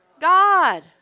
God